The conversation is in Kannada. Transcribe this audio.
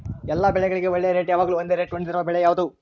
ಎಲ್ಲ ಬೆಳೆಗಳಿಗೆ ಒಳ್ಳೆ ರೇಟ್ ಯಾವಾಗ್ಲೂ ಒಂದೇ ರೇಟ್ ಹೊಂದಿರುವ ಬೆಳೆ ಯಾವುದು?